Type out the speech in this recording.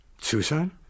Suicide